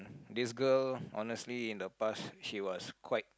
this girl honestly in the past she was quite